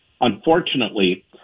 Unfortunately